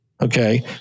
okay